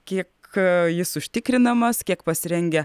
kiek aaa jis užtikrinamas kiek pasirengę